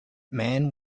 man